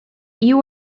you